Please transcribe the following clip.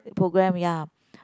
program ya